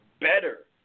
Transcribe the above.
better